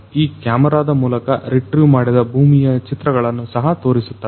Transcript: ಈ ಕ್ಯಾಮರಾದ ಮೂಲಕ ರಿಟ್ರಿವ್ ಮಾಡಿದ ಭೂಮಿಯ ಚಿತ್ರಗಳನ್ನು ಸಹ ತೋರಿಸುತ್ತವೆ